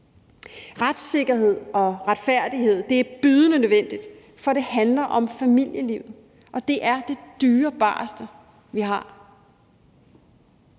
Retssikkerhed og retfærdighed er bydende nødvendigt, for det handler om familielivet, og det er det dyrebareste, vi har.